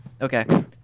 Okay